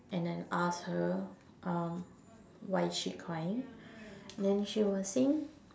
and then asked her um why is she crying and then she was saying